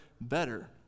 better